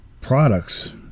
products